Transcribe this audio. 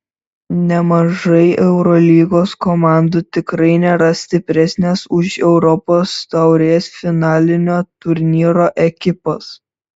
nemažai eurolygos komandų tikrai nėra stipresnės už europos taurės finalinio turnyro ekipas